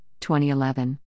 2011